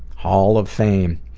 hall of fame.